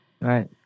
Right